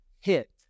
hit